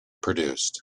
produced